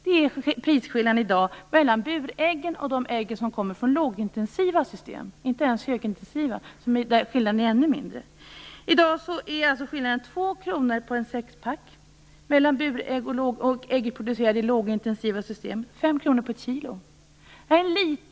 Det är prisskillnaden mellan burägg och de ägg som kommer från lågintensiva system. I förhållande till högintensiva system är skillnaden ännu mindre. Skillnaden mellan burägg och ägg producerade i lågintensiva system är i dag vad avser 6-pack alltså ca 2 kr, eller 5 kr per kilo.